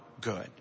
good